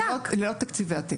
זה לא תקציבי עתק.